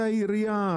זה העירייה,